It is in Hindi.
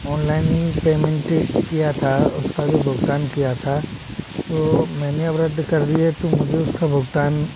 ऑनलाइन ही पेमेंट किया था उसका जो भुगतान किया था तो मैंने अब रद्द कर दी है तो मुझे उसका भुगतान